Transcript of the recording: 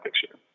picture